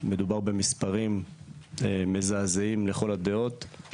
מדובר במספרים מזעזעים לכל הדעות.